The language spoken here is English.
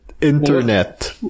internet